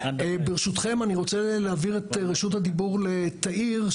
ברשותכם אני רוצה להעביר את רשות הדיבור לתאיר,